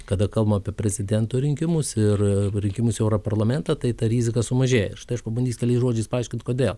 kada kalbam apie prezidento rinkimus ir rinkimus į europarlamentą tai ta rizika sumažėja štai aš pabandysiu keliais žodžiais paaiškint kodėl